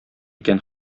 икән